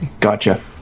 Gotcha